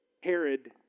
Herod